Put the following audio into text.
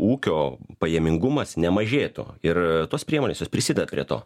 ūkio pajamingumas nemažėtų ir tos priemonės jos prisideda prie to